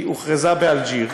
היא הוכרזה באלג'יר.